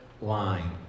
line